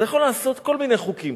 אתה יכול לעשות כל מיני חוקים,